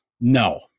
No